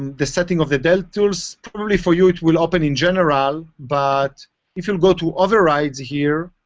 the setting of the dev tools. probably for you it will open in general. but if you'll go to override here,